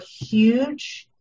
huge